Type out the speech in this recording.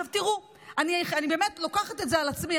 עכשיו, תראו, אני באמת לוקחת את זה על עצמי.